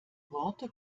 worte